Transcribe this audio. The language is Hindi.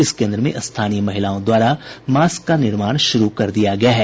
इस केन्द्र में स्थानीय महिलाओं द्वारा मास्क का निर्माण शुरू कर दिया गया है